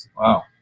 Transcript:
Wow